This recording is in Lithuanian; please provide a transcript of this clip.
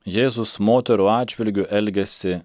jėzus moterų atžvilgiu elgiasi